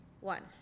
one